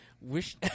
Wish